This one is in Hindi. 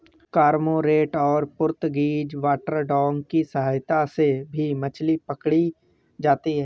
कर्मोंरेंट और पुर्तगीज वाटरडॉग की सहायता से भी मछली पकड़ी जाती है